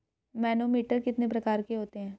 Manometer कितने प्रकार के होते हैं?